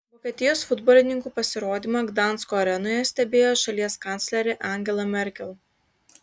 vokietijos futbolininkų pasirodymą gdansko arenoje stebėjo šalies kanclerė angela merkel